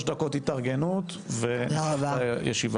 הישיבה ננעלה בשעה 12:08.